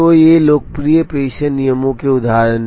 तो ये लोकप्रिय प्रेषण नियमों के उदाहरण हैं